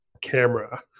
camera